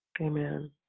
Amen